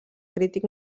crític